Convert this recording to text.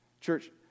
Church